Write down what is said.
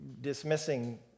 dismissing